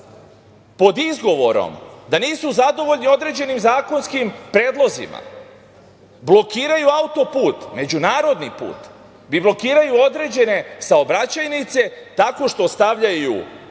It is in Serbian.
pod izgovorom da nisu zadovoljni određenim zakonskim predlozima, blokiraju autoput, međunarodni put, blokiraju određene saobraćajnice tako što stavljaju kamione,